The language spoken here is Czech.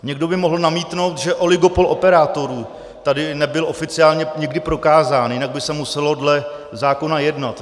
Někdo by mohl namítnout, že oligopol operátorů tady nebyl oficiálně nikdy prokázán, jinak by se muselo dle zákona jednat.